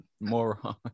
Moron